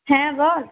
হ্যাঁ বল